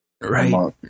Right